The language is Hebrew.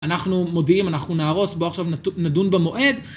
אנחנו מודיעים, אנחנו נהרוס, בואו עכשיו נדון במועד.